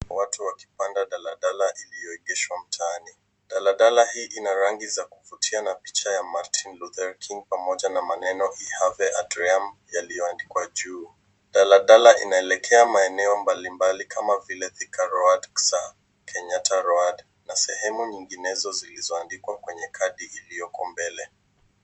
Watu wakipanda daladala iliyoegeshwa mtaani. Daladala hii ina rangi za kuvutia na picha ya Martin Luther King pamoja na maneno I Have A Dream , yaliyoandikwa juu. Daladala inaelekea maeneo mbali mbali kama vile: Thika Road, Kenyatta Road na sehemu nyinginezo zilizoandikwa kwenye cardi iliyoko mbele.